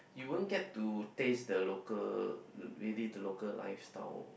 you won't get to taste the local really the local lifestyle